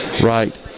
right